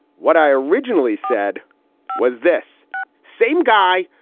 what i originally said was this same guy,